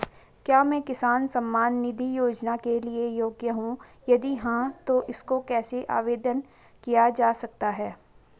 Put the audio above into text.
क्या मैं किसान सम्मान निधि योजना के लिए योग्य हूँ यदि हाँ तो इसको कैसे आवेदन किया जा सकता है?